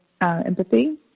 empathy